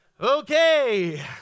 Okay